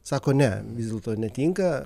sako ne vis dėlto netinka